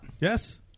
Yes